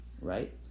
right